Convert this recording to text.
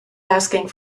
asking